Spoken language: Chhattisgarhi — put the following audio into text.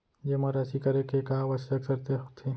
जेमा राशि करे के का आवश्यक शर्त होथे?